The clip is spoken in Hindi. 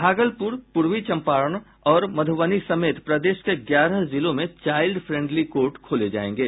भागलपुर पूर्वी चम्पारण और मध्यबनी समेत प्रदेश के ग्यारह जिलों में चाईल्ड फ्रेंडली कोर्ट खोले जायेंगै